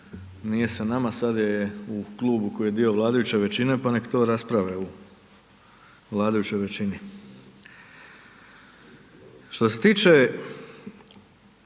nije sa nama, sad je u klubu koji je dio vladajuće većine pa nek to rasprave u vladajućoj većini. Što se tiče